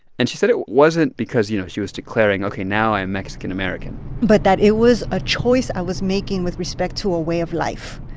and she said it wasn't because, you know, she was declaring, ok, now i am mexican american but that it was a choice i was making with respect to a way of life.